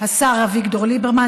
השר אביגדור ליברמן,